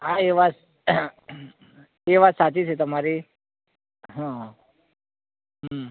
હા એ વાત એ વાત સાચી છે તમારી હા હમ